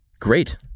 Great